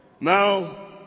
Now